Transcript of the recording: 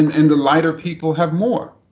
and and the lighter people have more.